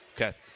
Okay